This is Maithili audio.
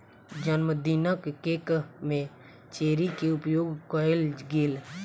जनमदिनक केक में चेरी के उपयोग कएल गेल